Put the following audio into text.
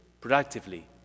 productively